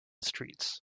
streets